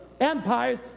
Empires